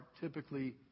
typically